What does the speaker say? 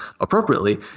appropriately